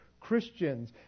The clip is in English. Christians